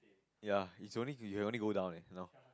ya it's only you can only go down eh you know